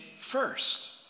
first